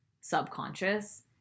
subconscious